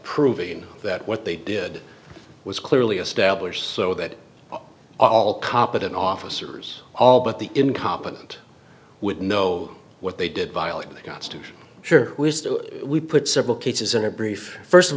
proving that what they did was clearly established so that all competent officers all but the incompetent would know what they did violate the constitution sure we put several cases in a brief st of